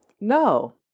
No